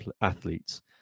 athletes